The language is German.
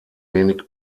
wenig